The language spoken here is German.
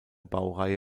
baureihe